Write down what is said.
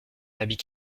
habit